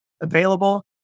available